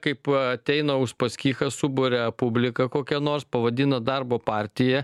kaip ateina uspaskichas suburia publiką kokią nors pavadina darbo partija